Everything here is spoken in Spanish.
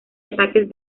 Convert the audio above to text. ataques